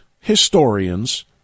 historians